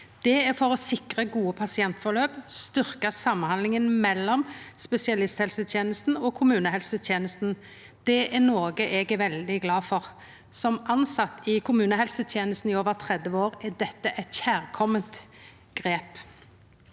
Det er for å sikra gode pasientforløp og styrkja samhandlinga mellom spesialisthelsetenesta og kommunehelsetenesta. Det er noko eg er veldig glad for. Som tilsett i kommunehelsetenesta i over 30 år er dette eit kjærkome grep.